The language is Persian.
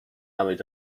نمایید